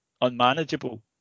unmanageable